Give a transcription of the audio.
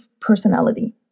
personality